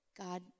God